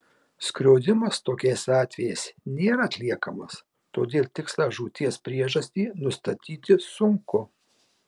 skrodimas tokiais atvejais nėra atliekamas todėl tikslią žūties priežastį nustatyti sunku